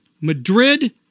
Madrid